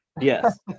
Yes